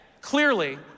clearly